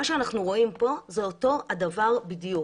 מה שאנחנו רואים פה זה אותו הדבר בדיוק.